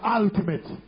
ultimate